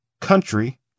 country